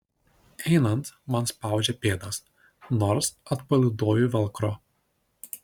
einant man spaudžia pėdas nors atpalaiduoju velcro